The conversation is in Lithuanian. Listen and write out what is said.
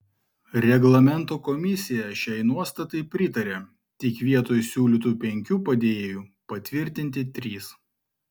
reglamento komisija šiai nuostatai pritarė tik vietoj siūlytų penkių padėjėjų patvirtinti trys